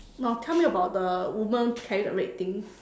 no tell me about the woman carrying the red thing